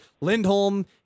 lindholm